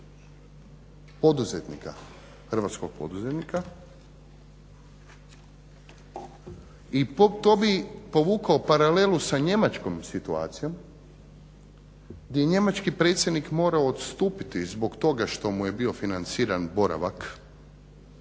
hrvatskog poduzetnika i to bi povukao paralelu sa njemačkom situacijom gdje je njemački predsjednik morao odstupiti zbog toga što mu je bio financiran boravak